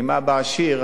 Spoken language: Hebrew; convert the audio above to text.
ואם האבא עשיר,